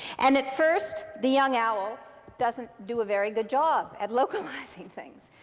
and at first, the young owl doesn't do a very good job at localizing things.